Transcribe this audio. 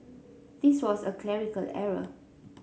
this was a clerical error